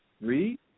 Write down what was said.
Read